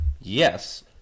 Yes